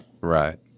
Right